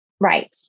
Right